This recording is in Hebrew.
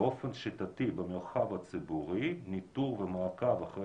באופן שיטתי במרחב הציבורי ניטור ומעקב אחרי